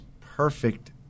perfect